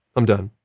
i'm done.